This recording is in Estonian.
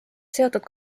seotud